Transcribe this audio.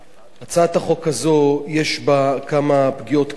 הצעת החוק הזו יש בה כמה פגיעות קשות,